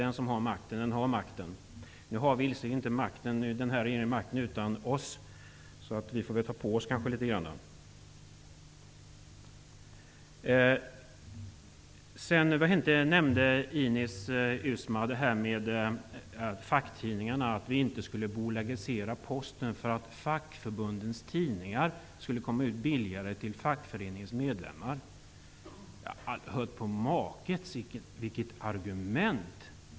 Nu har visserligen den här regeringen ingen makt utan oss, så vi får väl ta på oss litet grand. Ines Uusmann sade vidare att vi inte skall bolagisera Posten, för då kommer fackförbundens tidningar billigare ut till fackföreningsmedlemmar. Jag har aldrig hört på maken till argument.